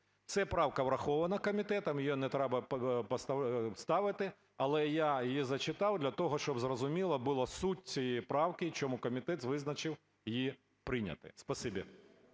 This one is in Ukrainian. Ця правка врахована комітетом, її не треба ставити. Але я її зачитав для того, щоб зрозуміло було суть цієї правки і чому комітет визначив її прийняти.